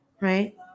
right